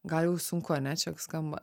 gal jau sunku ane čia skamba